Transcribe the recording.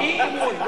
אי-אמון,